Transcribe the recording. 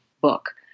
book